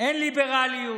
אין ליברליות,